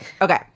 Okay